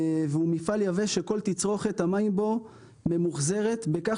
והוא מפעל יבש שכל תצרוכת המים בו ממוחזרת בכך